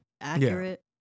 accurate